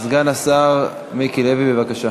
סגן השר מיקי לוי, בבקשה.